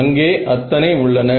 அங்கே அத்தனை உள்ளன